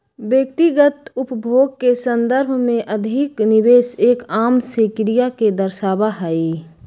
व्यक्तिगत उपभोग के संदर्भ में अधिक निवेश एक आम से क्रिया के दर्शावा हई